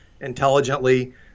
intelligently